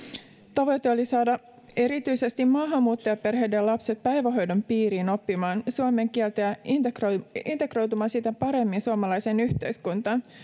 tavoite oli saada erityisesti maahanmuuttajaperheiden lapset päivähoidon piiriin oppimaan suomen kieltä ja integroitumaan integroitumaan siten paremmin suomalaiseen yhteiskuntaan